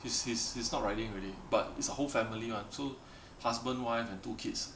he's he's he's not riding already but it's a whole family [one] so husband wife and two kids